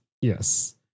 yes